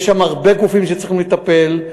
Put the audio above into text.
יש שם הרבה גופים שצריכים לטפל,